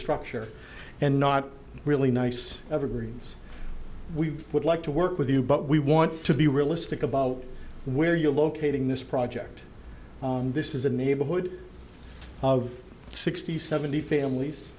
structure and not really nice evergreens we would like to work with you but we want to be realistic about where you're locating this project on this is a neighborhood of sixty seventy families